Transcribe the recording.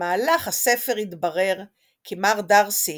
במהלך הספר יתברר כי מר דארסי